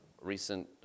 recent